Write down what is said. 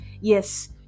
yes